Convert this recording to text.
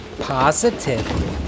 Positive